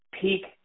Peak